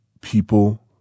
people